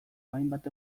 hainbat